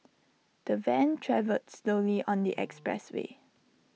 the van travelled slowly on the expressway